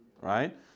Right